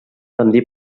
rendir